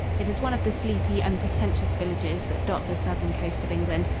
it is one of the sleepy, unpretentious villages that dot the southern coast of england,